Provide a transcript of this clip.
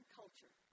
culture